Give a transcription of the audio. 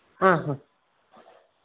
ಹಾಂ ಹಾಂ